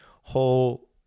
whole